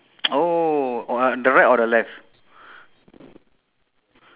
looking left